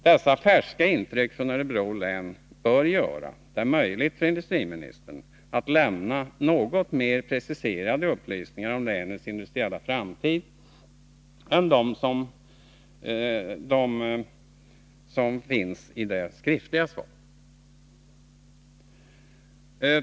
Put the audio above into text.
Dessa färska intryck från Örebro län bör göra det möjligt för industriministern att lämna något mer preciserade upplysningar om länets industriella framtid än de som finns i det skriftliga svaret.